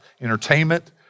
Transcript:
entertainment